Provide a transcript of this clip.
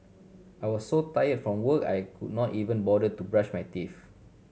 I was so tired from work I could not even bother to brush my teeth